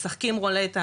משחקים רולטה,